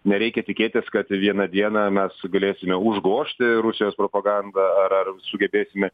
nereikia tikėtis kad vieną dieną mes galėsime užgožti rusijos propagandą ar ar sugebėsime